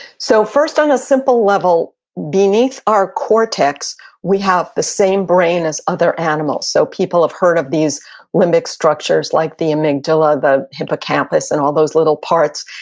so first on a simple level, beneath our cortex we have the same brain as other animals. so people have heard of these limbic structures like the amygdala, the hippocampus, and all those little parts,